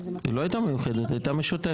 --- היא לא היתה מיוחדת, היא היתה משותפת.